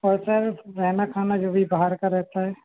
और सर रहना खाना जो भी बाहर का रहता है